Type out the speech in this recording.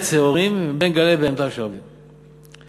שעורים בין גללי בהמותיהם של הערבים.